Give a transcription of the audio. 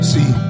See